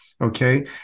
Okay